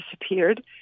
disappeared